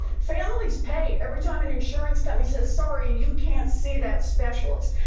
families pay every time an insurance company says, sorry, and you can't see that specialist.